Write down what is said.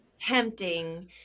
tempting